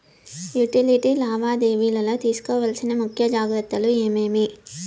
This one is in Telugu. యుటిలిటీ లావాదేవీల లో తీసుకోవాల్సిన ముఖ్య జాగ్రత్తలు ఏమేమి?